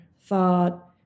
thought